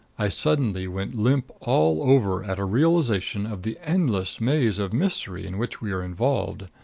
i suddenly went limp all over at a realization of the endless maze of mystery in which we were involved.